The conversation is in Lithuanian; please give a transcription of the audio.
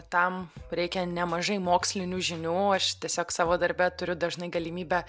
tam reikia nemažai mokslinių žinių aš tiesiog savo darbe turiu dažnai galimybę